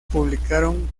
publicaron